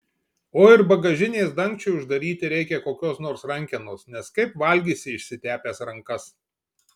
o ir bagažinės dangčiui uždaryti reikia kokios nors rankenos nes kaip valgysi išsitepęs rankas